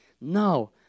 no